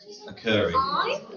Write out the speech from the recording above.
Occurring